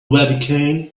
vatican